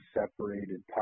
separated